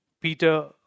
Peter